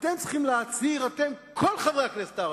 אתם צריכים להצהיר, כל חברי הכנסת הערבים: